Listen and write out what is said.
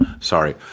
Sorry